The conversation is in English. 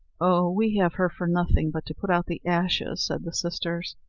oh! we have her for nothing but to put out the ashes, said the sisters.